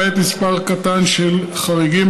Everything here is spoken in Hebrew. למעט מספר קטן של חריגים,